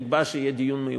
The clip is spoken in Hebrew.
ונקבע שיהיה דיון מיוחד.